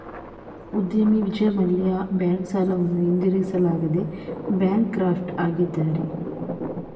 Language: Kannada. ಉದ್ಯಮಿ ವಿಜಯ್ ಮಲ್ಯ ಬ್ಯಾಂಕ್ ಸಾಲವನ್ನು ಹಿಂದಿರುಗಿಸಲಾಗದೆ ಬ್ಯಾಂಕ್ ಕ್ರಾಫ್ಟ್ ಆಗಿದ್ದಾರೆ